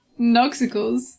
noxicals